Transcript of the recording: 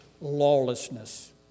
lawlessness